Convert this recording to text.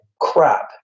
crap